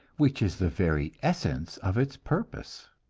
which is the very essence of its purpose.